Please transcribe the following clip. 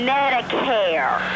Medicare